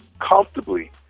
comfortably